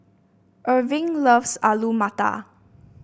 Erving loves Alu Matar